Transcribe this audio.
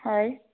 হয়